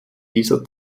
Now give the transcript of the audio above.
dieser